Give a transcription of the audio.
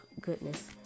goodness